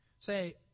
Say